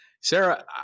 Sarah